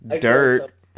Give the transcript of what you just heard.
dirt